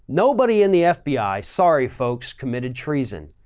nobody in the fbi, sorry, folks committed treason.